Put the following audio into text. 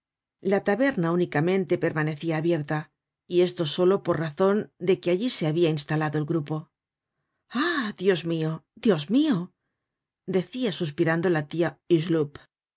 la taberna únicamente permanecia abierta y esto solo por razon de que allí se habia instalado el grupo ah dios mio dios mio decia suspirando la tia